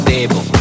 Table